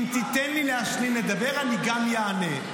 אם תיתן לי לסיים לדבר, אני גם אענה.